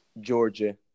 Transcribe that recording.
Georgia